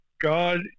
God